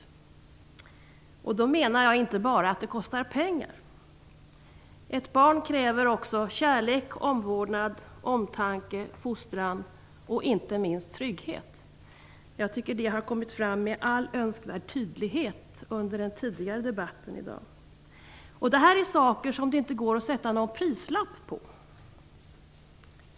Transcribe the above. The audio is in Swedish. Då menar jag inte bara att det kostar pengar. Ett barn kräver också kärlek, omvårdnad, omtanke, fostran och inte minst trygghet, vilket jag tycker har kommit fram med all önskvärd tydlighet under den tidigare debatten i dag. Detta är saker som det inte går att sätta någon prislapp på.